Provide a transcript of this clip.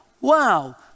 wow